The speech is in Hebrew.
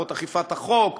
מערכות אכיפת החוק,